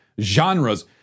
genres